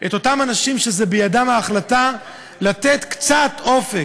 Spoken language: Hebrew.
את אותם אנשים שבידם ההחלטה לתת קצת אופק,